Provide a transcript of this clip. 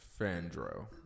Fandro